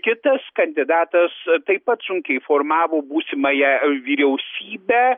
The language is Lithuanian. kitas kandidatas taip pat sunkiai formavo būsimąją vyriausybę